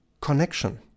connection